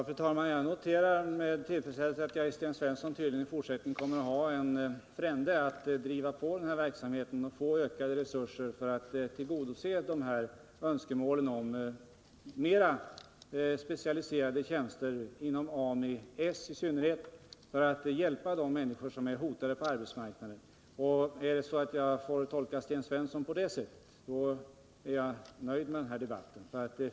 Fru talman! Jag noterar med tillfredsställelse att jag i Sten Svensson tydligen i fortsättningen kommer att ha en frände när det gäller att driva på denna verksamhet och få ökade resurser för att tillgodose önskemålen om mera specialiserade tjänster inom AMI i synnerhet, för att hjälpa de människor som är hotade på arbetsmarknaden. Får jag tolka Sten Svensson på det sättet är jag nöjd med denna debatt.